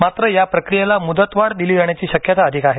मात्र या प्रक्रियेला मुदतवाढ दिली जाण्याची शक्यता अधिक आहे